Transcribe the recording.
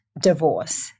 divorce